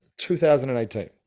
2018